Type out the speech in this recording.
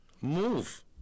move